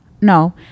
no